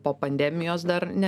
po pandemijos dar ne